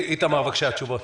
איתמר, בבקשה, תשובות.